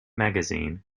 magazine